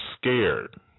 scared